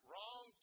Wrong